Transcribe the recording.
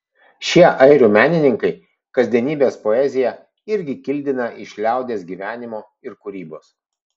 šie airių menininkai kasdienybės poeziją irgi kildina iš liaudies gyvenimo ir kūrybos